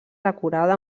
decorada